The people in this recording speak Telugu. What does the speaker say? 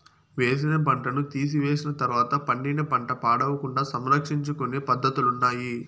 వేసిన పంటను తీసివేసిన తర్వాత పండిన పంట పాడవకుండా సంరక్షించుకొనే పద్ధతులున్నాయి